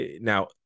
now